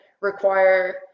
require